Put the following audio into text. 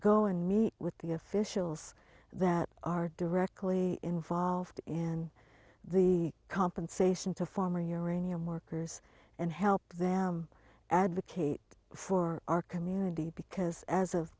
go and meet with the officials that are directly involved and the compensation to former uranium workers and help them advocate for our community because as of